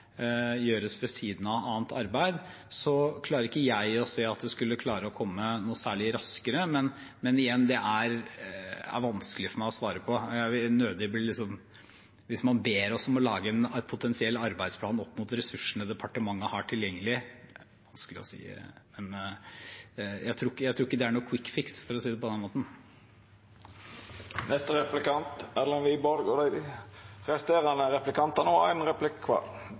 gjøres ved siden av annet arbeid, klarer ikke jeg å se at det kunne gjøres noe særlig raskere. Men igjen – det er vanskelig for meg å svare på. Hvis man ber oss om å lage en potensiell arbeidsplan med de ressursene departementet har tilgjengelig, tror jeg ikke det er noen kvikkfiks, for å si det på den måten. Statsråden er jo en erfaren politiker. Det begynner å bli en god del år siden han og jeg møttes i diverse skoledebatter. Det var også en tid da statsråden snakket og førte Høyre-politikk. Men som en